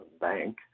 bank